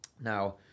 Now